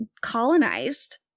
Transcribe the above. colonized